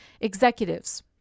Executives